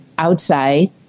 outside